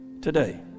today